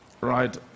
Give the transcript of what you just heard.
right